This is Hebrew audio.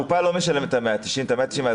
הקופה לא משלמת את ה-190 שקל.